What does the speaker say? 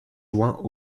joint